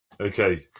Okay